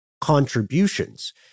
contributions